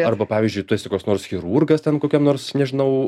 arba pavyzdžiui tu esi koks nors chirurgas ten kokiam nors nežinau